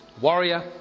warrior